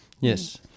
yes